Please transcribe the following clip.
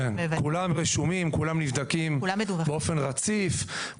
כן, כולם רשומים, כולם נבדקים באופן רציף.